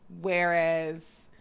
whereas